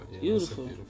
Beautiful